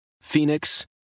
Phoenix